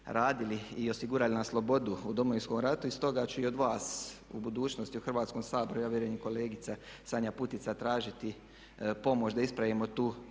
radili i osigurali nam slobodu u Domovinskom ratu. I stoga ću i od vas u budućnosti u Hrvatskom saboru, ja vjerujem i kolegica Sanja Putica tražiti pomoć da ispravimo tu